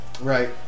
Right